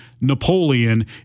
Napoleon